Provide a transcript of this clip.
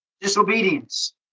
disobedience